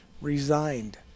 resigned